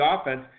offense